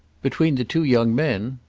between the two young men?